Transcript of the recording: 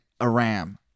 Aram